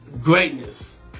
greatness